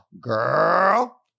Girl